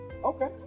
Okay